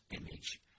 image